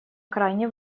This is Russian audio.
крайне